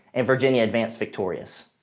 and virginia advanced victorious.